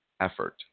effort